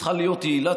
צריכה להיות יעילה,